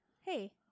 hey